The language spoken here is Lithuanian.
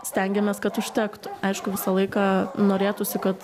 stengiamės kad užtektų aišku visą laiką norėtųsi kad